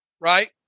right